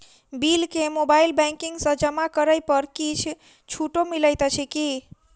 Bill केँ mobile banking सँ जमा करै पर किछ छुटो मिलैत अछि की?